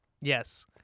Yes